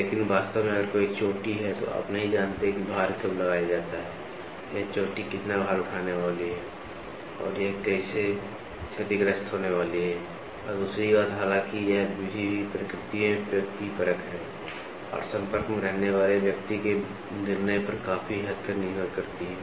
लेकिन वास्तव में अगर कोई चोटी है तो आप नहीं जानते कि भार कब लगाया जाता है यह चोटी कितना भार उठाने वाली है या यह कैसे क्षतिग्रस्त होने वाली है और दूसरी बात हालाँकि यह विधि भी प्रकृति में व्यक्तिपरक है और संपर्क में रहने वाले व्यक्ति के निर्णय पर काफी हद तक निर्भर करती है